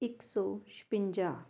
ਇੱਕ ਸੌ ਛਪੰਜ੍ਹਾ